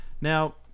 now